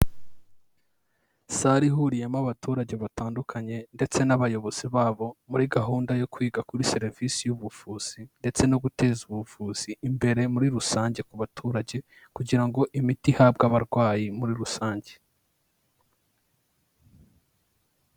Sale ihuriyemo abaturage batandukanye ndetse n'abayobozi babo, muri gahunda yo kwiga kuri serivisi y'ubuvuzi ndetse no guteza ubuvuzi imbere muri rusange ku baturage kugira ngo imiti ihabwe abarwayi muri rusange.